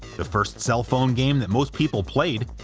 the first cell phone game that most people played,